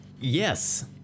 Yes